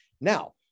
Now